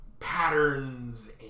Patterns